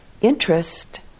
interest